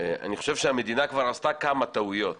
אני חושב שהמדינה כבר עשתה כמה טעויות